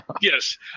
Yes